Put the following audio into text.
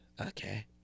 Okay